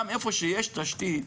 גם איפה שיש תשתית,